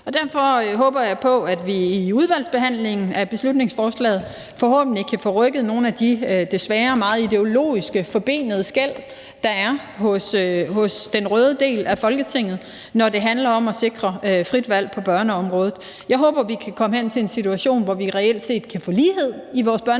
Derfor håber jeg på, at vi i udvalgsbehandlingen af beslutningsforslaget forhåbentlig kan få rykket nogle af de desværre meget ideologisk forbenede tanker, der er hos den røde del af Folketinget, når det handler om at sikre frit valg på børneområdet. Jeg håber, vi kan komme hen til en situation, hvor vi reelt set kan få lighed i vores tilbud